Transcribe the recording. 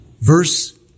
verse